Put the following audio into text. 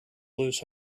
lose